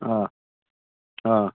हा हा